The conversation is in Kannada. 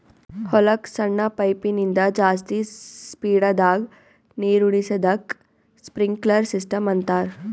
ಹೊಲಕ್ಕ್ ಸಣ್ಣ ಪೈಪಿನಿಂದ ಜಾಸ್ತಿ ಸ್ಪೀಡದಾಗ್ ನೀರುಣಿಸದಕ್ಕ್ ಸ್ಪ್ರಿನ್ಕ್ಲರ್ ಸಿಸ್ಟಮ್ ಅಂತಾರ್